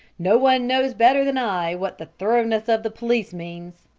no one knows better than i what the thoroughness of the police means.